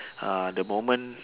ah the moment